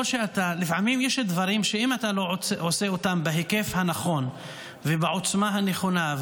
לפעמים יש דברים שאם אתה לא עושה אותם בהיקף הנכון ובעוצמה הנכונה,